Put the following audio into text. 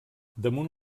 damunt